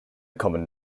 common